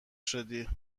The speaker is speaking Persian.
شدی